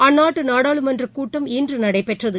அந்நாட்டுநாடாளுமன்றகூட்டம் இன்றுநடைபெற்றது